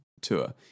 tour